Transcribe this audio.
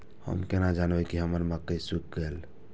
हम केना जानबे की हमर मक्के सुख गले?